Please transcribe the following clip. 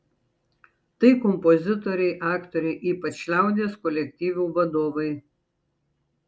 tai kompozitoriai aktoriai ypač liaudies kolektyvų vadovai